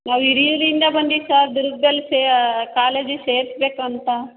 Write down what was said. ನಾವು ಹಿರಿಯೂರಿಂದ ಬಂದ್ವಿ ದುರ್ಗದಲ್ಲಿ ಸಾ ಕಾಲೇಜಿಗೆ ಸೇರ್ಸ್ಬೇಕಂತ